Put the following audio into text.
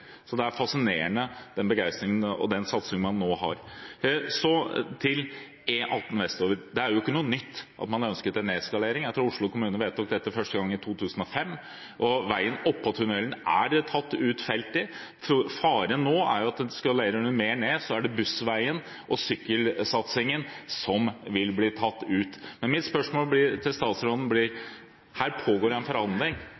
den begeistringen og satsingen man nå har, er fascinerende. Til E18 vestover: Det er ikke noe nytt at man ønsket en nedskalering. Jeg tror Oslo kommune vedtok dette første gang i 2005, og veien oppå tunnelen er det tatt ut felt i. Faren nå er at om man skalerer mer ned, er det bussveien og sykkelsatsingen som vil bli tatt ut. Mitt spørsmål til statsråden blir, for det pågår en forhandling, og det viktige er: Vil statsråden